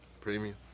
Premium